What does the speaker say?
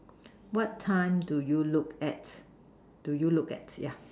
what time do you look at do you look at yeah yap